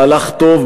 מהלך טוב,